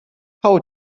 how